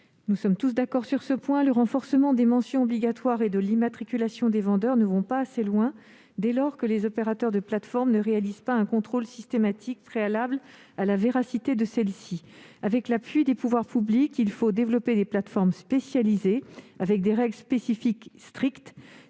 source majeure d'abandon et de trafic. Le renforcement des mentions obligatoires et de l'immatriculation des vendeurs ne vont pas assez loin, dès lors que les opérateurs de plateforme ne réalisent pas un contrôle systématique préalable. Avec l'appui des pouvoirs publics, il faut développer des plateformes spécialisées, comportant des règles spécifiques strictes.